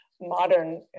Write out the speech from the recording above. modern